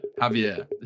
Javier